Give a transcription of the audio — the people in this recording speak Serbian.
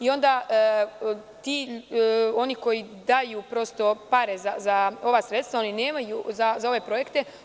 Onda oni koji daju pare za ova sredstva, oni nemaju za ove projekte.